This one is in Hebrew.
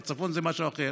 בצפון זה משהו אחר.